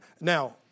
Now